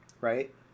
right